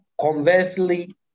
conversely